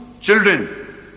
children